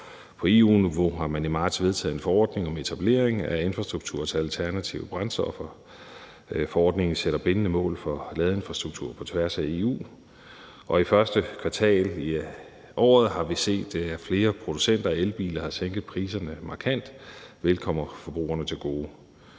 På EU-niveau har man i marts vedtaget en forordning om etablering af infrastruktur til alternative brændstoffer. Forordningen sætter bindende mål for ladeinfrastrukturen på tværs af EU, og i første kvartal i år har vi set, at flere producenter af elbiler har sænket priserne markant, hvilket kommer forbrugerne til gode.